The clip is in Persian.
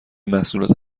محصولات